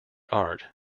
art